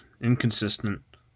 inconsistent